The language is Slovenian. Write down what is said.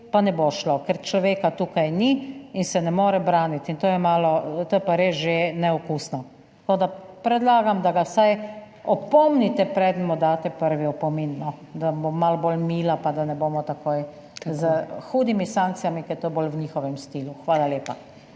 pa ne bo šlo, ker človeka tukaj ni in se ne more braniti. To je pa res že neokusno. Tako, da predlagam, da ga vsaj opomnite, preden mu daste prvi opomin, da bo malo bolj mila, pa da ne bomo takoj s hudimi sankcijami, ker je to bolj v njihovem stilu. Hvala lepa.